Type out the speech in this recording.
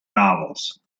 novels